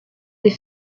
des